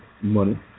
money